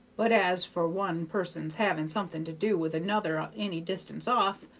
but as for one person's having something to do with another any distance off,